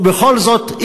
בכל זאת,